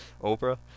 Oprah